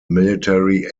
military